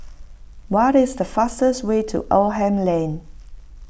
what is the fastest way to Oldham Lane